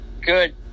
good